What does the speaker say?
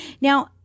Now